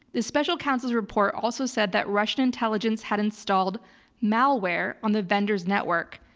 this special council's report also said that russian intelligence had installed malware on the vendor's network,